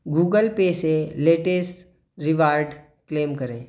Google Pay से latest reward claim करें